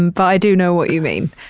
and but i do know what you mean.